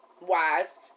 wise